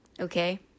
Okay